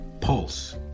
Pulse